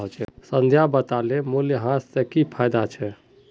संध्या बताले मूल्यह्रास स की फायदा छेक